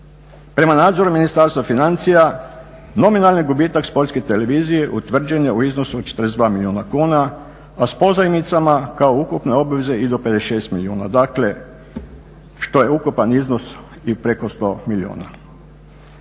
Prema nadzoru Ministarstva financija nominalni gubitak Sportske televizije utvrđen je u iznosu od 42 milijuna kuna, a s pozajmicama kao ukupne obveze i do 56 milijuna. Dakle, što je ukupan iznos i preko 100 milijuna.